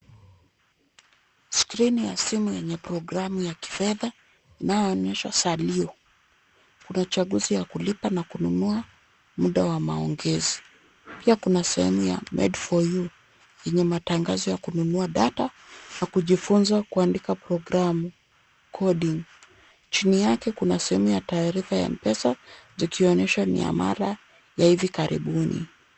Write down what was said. Skrini ya simu yenye programu ya kifedha inayoonyesha salio. Kuna chaguzi ya kulipa na kununua muda wa maongezi. Pia kuna sehemu ya made for you yenye matangazo ya kununua data na kujifunza kuandika programu coding . Chini yake kuna sehemu ya taarifa ya M-pesa zikionyesha miamala ya hivi karibuni.